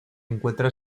encuentra